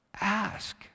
ask